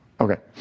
Okay